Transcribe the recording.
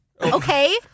Okay